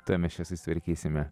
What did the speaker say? tuoj mes čia susitvarkysime